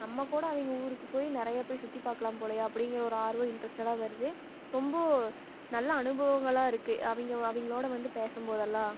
நம்ம கூட அவங்க ஊருக்கு போய் நிறைய போய் சுற்றி பார்க்கலாம் போலேயே அப்படிங்கிற ஒரு ஆர்வம் இன்ட்ரெஸ்டடாக வருது ரொம்ப நல்ல அனுபவங்களா இருக்கு அவங்க அவங்களோட வந்து பேசும்போதெல்லாம்